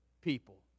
people